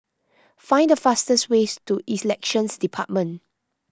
find the fastest way to Elections Department